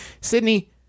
Sydney